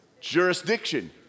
jurisdiction